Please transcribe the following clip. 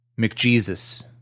McJesus